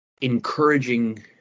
encouraging